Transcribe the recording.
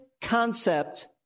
concept